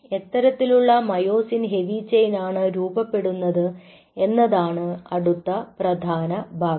എത്തരത്തിലുള്ള myosin heavy chain ആണ് രൂപപ്പെടുന്നത് എന്നതാണ് അടുത്ത പ്രധാന ഭാഗം